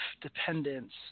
dependence